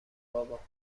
بابا